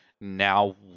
now